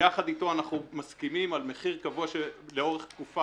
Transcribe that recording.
ביחד איתו אנחנו מסכימים על מחיר קבוע לאורך תקופה.